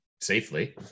safely